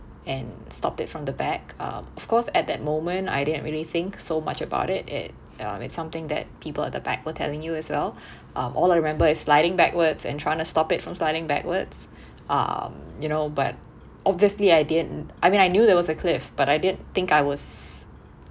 and stopped it from the back um of course at that moment I didn't really think so much about it it ya it's something that people at the back were telling you as well um all I remember is sliding backwards and trying to stop it from sliding backwards um you know but obviously I didn't I mean I knew there was a cliff but I didn't think I was